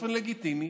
באופן לגיטימי,